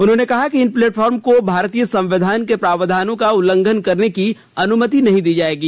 उन्होंने कहा कि इन प्लेटफार्म को भारतीय संविधान के प्रावधानों का उल्लंघन करने की अनुमति नहीं दी जायेंगी